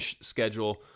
schedule